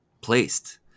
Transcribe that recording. placed